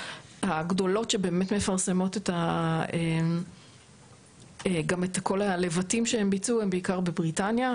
הגדולות שבאמת מפרסמות גם את כל הלבטים שהם ביצעו הם בעיקר בבריטניה,